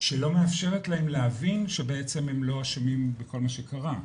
שלא מאפשרת להם להבין שבעצם הם לא אשמים בכל מה שקרה,